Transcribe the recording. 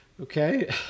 Okay